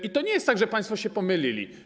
I to nie jest tak, że państwo się pomylili.